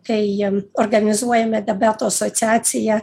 kai jiem organizuojame debato asociaciją